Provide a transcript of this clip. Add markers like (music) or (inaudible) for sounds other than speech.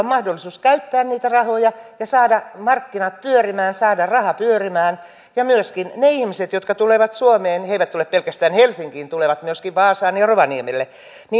(unintelligible) mahdollisuus käyttää niitä rahoja ja saada markkinat pyörimään saada raha pyörimään ja myöskin ne ihmiset jotka tulevat suomeen he eivät tule pelkästään helsinkiin tulevat myöskin vaasaan ja rovaniemelle